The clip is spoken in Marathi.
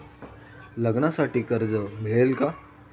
लग्नासाठी कर्ज मिळेल का?